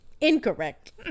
incorrect